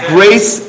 Grace